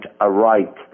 aright